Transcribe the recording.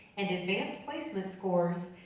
and advanced placement scores,